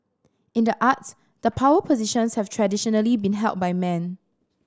in the arts the power positions have traditionally been held by men